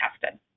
tested